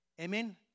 Amen